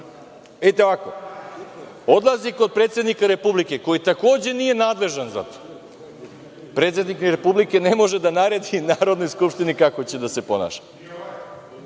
Vidite ovako, odlazi kod predsednika Republike, koji takođe nije nadležan za to. Predsednik Republike ne može da naredi Narodnoj skupštini kako će da se ponaša. Dalje,